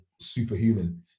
superhuman